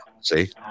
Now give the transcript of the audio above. See